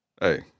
Hey